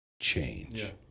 change